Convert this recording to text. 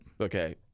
Okay